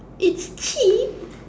it's cheap